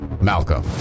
Malcolm